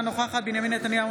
אינה נוכחת בנימין נתניהו,